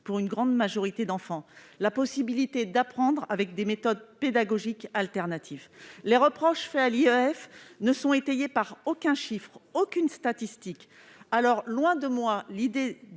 pour une grande majorité d'enfants, la possibilité d'apprendre avec des méthodes pédagogiques alternatives. Les reproches faits à l'IEF ne sont étayés par aucun chiffre ni aucune statistique. Loin de moi l'idée